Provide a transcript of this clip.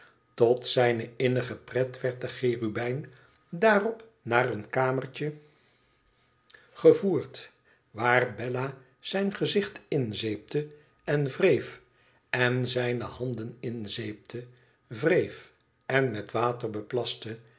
tot zijne innige pret werd de cherubijn daarop naar een kamertje gevoerd waar bella zijn gezicht inzeepte en wreef en zijne handen inzeepte wreef en met water